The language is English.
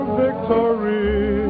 victory